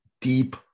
deep